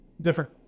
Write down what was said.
different